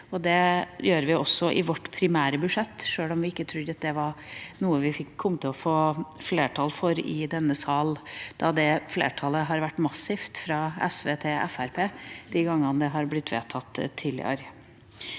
Det gjør vi også i vårt primære budsjett, selv om vi ikke trodde at det var noe vi kom til å få flertall for i denne sal, da det flertallet har vært massivt fra SV til Fremskrittspartiet de gangene det har blitt vedtatt tidligere.